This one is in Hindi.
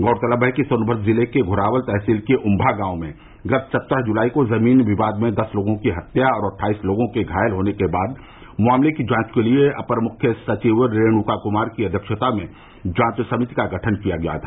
गौरतलब है कि सोनभद्र जिले के घोरावल तहसील के उम्मा गांव में गत सत्रह जुलाई को जमीन विवाद में दस लोगों की हत्या और अट्ठाईस लोगों के घायल होने के बाद मामले की जांच के लिए अपर मुख्य सचिव रेणुका कुमार की अध्यक्षता में जांच समिति का गठन किया गया था